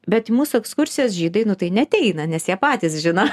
bet mūsų ekskursijos žydai nu tai neateina nes jie patys žino